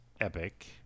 epic